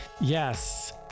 yes